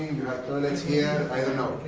you have toilets here. don't know,